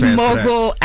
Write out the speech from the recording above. mogul